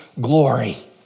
glory